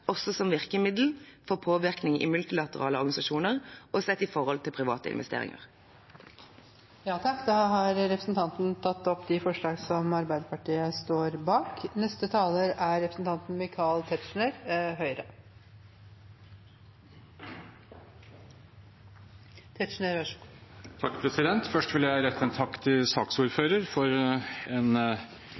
også som virkemiddel for påvirkning i multilaterale organisasjoner og sett i forhold til private investeringer.» Representanten Jette F. Christensen har tatt opp det forslaget hun refererte. Først vil jeg rette en takk til saksordføreren for et utmerket samarbeid i komiteen om meldingen og en